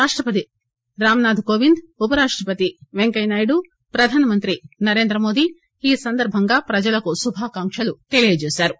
రాష్టపతి రామ్ నాథ్ కోవింద్ ఉపరాష్టపతి పెంకయ్యనాయుడు ప్రధాన మంత్రి నరేంద్రమోదీ ఈ సందర్బంగా ప్రజలకు శుభాకాంక్షలు తెలియజేశారు